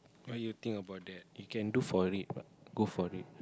why you think about that you can do for it what go for it